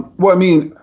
well, i mean,